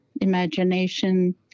imagination